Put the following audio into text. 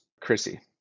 chrissy